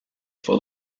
full